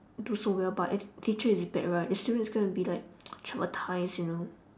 do so well but if teacher is bad right the student is gonna be like traumatised you know